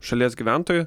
šalies gyventojų